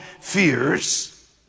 fears